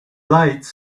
lights